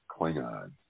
Klingon